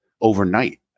overnight